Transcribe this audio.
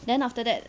then after that